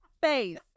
face